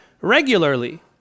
regularly